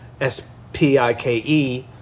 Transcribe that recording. S-P-I-K-E